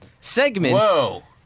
segments